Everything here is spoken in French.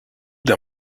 d’un